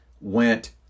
went